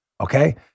okay